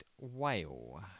whale